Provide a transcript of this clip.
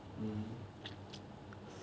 mmhmm